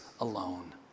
alone